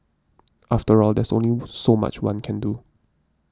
after all there's only so much one can do